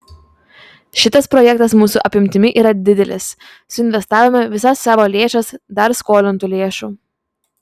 šitas projektas mūsų apimtimi yra didelis suinvestavome visas savo lėšas dar skolintų lėšų